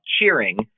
cheering